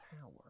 power